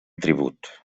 tribut